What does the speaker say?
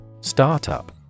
Startup